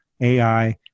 AI